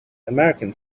american